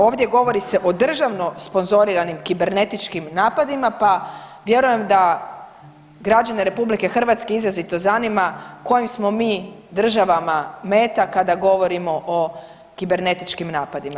Ovdje govori se o državno sponzoriranim kibernetičkim napadima, pa vjerujem da građane RH izrazito zanima kojim smo mi državama meta kada govorimo o kibernetičkim napadima